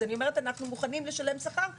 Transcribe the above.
אז אני אומרת: אנחנו מוכנים לשלם שכר-